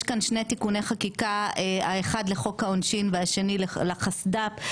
יש כאן שני תיקוני חקיקה האחד לחוק העונשין והשני לחסד"פ,